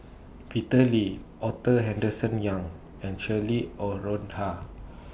Peter Lee Arthur Henderson Young and Cheryl Noronha